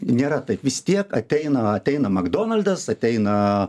nėra taip vis tiek ateina ateina makdonaldas ateina